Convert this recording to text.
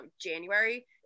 January